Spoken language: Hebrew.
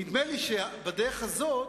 נדמה לי שבדרך הזאת